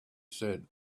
said